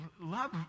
love